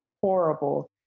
horrible